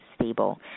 stable